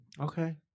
Okay